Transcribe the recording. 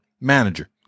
manager